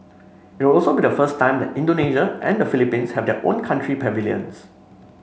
it will also be the first time that Indonesia and the Philippines have their own country pavilions